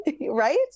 right